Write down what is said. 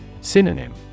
Synonym